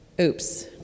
oops